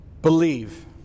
believe